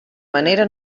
manera